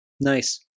Nice